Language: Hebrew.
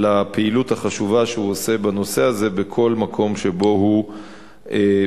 על הפעילות החשובה שלו בנושא הזה בכל מקום שבו הוא פעיל.